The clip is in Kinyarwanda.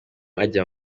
ajya